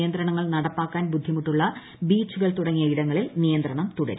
നിയന്ത്രണങ്ങൾ നടപ്പാക്കാൻ ബുദ്ധിമുട്ടുള്ള ബീച്ചുകൾ തുടങ്ങിയ ഇടങ്ങളിൽ നിയന്ത്രണം തുടരും